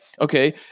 okay